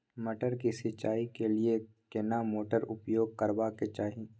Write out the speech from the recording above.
मटर के सिंचाई के लिये केना मोटर उपयोग करबा के चाही?